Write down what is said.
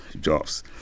jobs